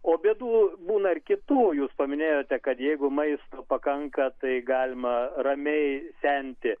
o bėdų būna ir kitų jūs paminėjote kad jeigu maisto pakanka tai galima ramiai senti